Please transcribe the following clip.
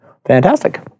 Fantastic